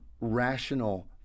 rational